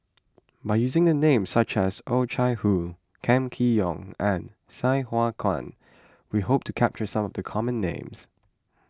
by using names such as Oh Chai Hoo Kam Kee Yong and Sai Hua Kuan we hope to capture some of the common names